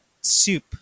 soup